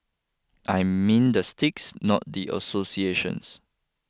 I mean the sticks not the associations